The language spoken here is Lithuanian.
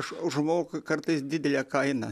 aš užmoku kartais didelę kainą